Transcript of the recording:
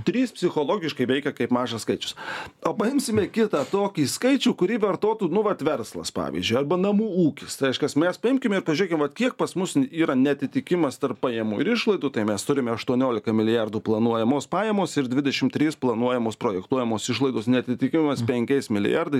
trys psichologiškai veikia kaip mažas skaičius o paimsime kitą tokį skaičių kurį vartotų nu vat verslas pavyzdžiui arba namų ūkis reiškias mes paimkim ir pažiūrėkim vat kiek pas mus yra neatitikimas tarp pajamų ir išlaidų tai mes turime aštuoniolika milijardų planuojamos pajamos ir dvidešim trys planuojamos projektuojamos išlaidos neatitikimas penkiais milijardais